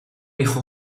hijo